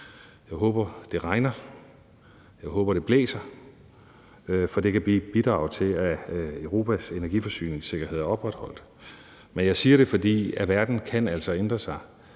Jeg håber, det regner, jeg håber, det blæser. For det kan blive et bidrag til, at Europas energiforsyningssikkerhed er opretholdt. Men jeg siger det, fordi verden altså kan ændre sig,